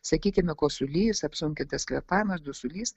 sakykime kosulys apsunkintas kvėpavimas dusulys